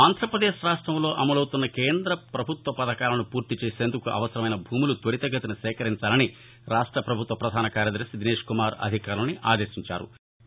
ఆంధ్రాపదేశ్ రాష్టంలో అమలవుతున్న కేంద్ర ప్రభుత్వ పథకాలను పూర్తి చేసేందుకు అవసరమైన భూములు త్వరితగతిన సేకరించాలని రాష్ట ప్రభుత్వ ప్రధాన కార్యదర్భి దినేష్ కుమార్ అధికారులను ఆదేశించారు